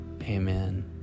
amen